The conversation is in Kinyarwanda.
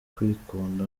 kwikunda